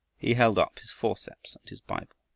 he held up his forceps and his bible.